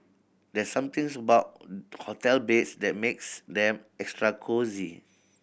there's somethings about hotel beds that makes them extra cosy